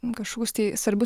kažkokius tai svarbius